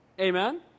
Amen